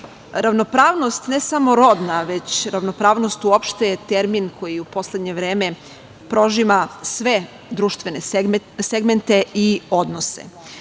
skupštini. Ravnopravnost, ne samo rodna, već ravnopravnost uopšte je termin koji u poslednje vreme prožima sve društvene segmente i odnose.